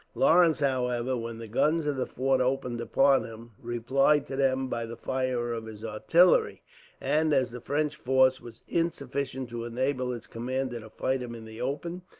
lawrence, however, when the guns of the fort opened upon him, replied to them by the fire of his artillery and, as the french force was insufficient to enable its commander to fight him in the open,